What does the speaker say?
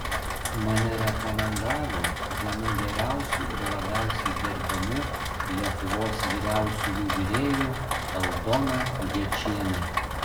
mane rekomendavo viena geriausių ir labiausiai gerbiamų lietuvos vyriausiųjų virėjų aldona gečienė